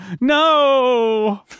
No